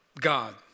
God